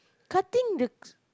cutting the